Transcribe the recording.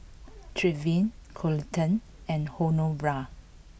Trevin Coleton and Honora